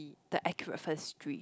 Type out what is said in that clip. the accurate first three